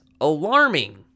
alarming